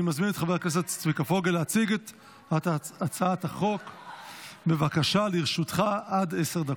אני קובע כי הצעת החוק להנצחת זכרו של מרן הרב עובדיה יוסף,